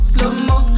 Slow-mo